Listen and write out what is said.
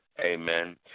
Amen